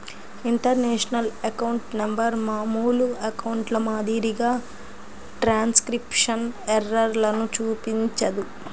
international account number మామూలు అకౌంట్ల మాదిరిగా ట్రాన్స్క్రిప్షన్ ఎర్రర్లను చూపించదు